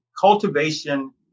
cultivation